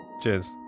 cheers